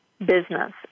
Business